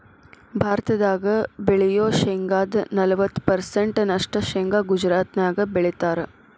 ಭಾರತದಾಗ ಬೆಳಿಯೋ ಶೇಂಗಾದ ನಲವತ್ತ ಪರ್ಸೆಂಟ್ ನಷ್ಟ ಶೇಂಗಾ ಗುಜರಾತ್ನ್ಯಾಗ ಬೆಳೇತಾರ